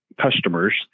customers